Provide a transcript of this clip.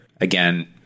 again